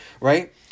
right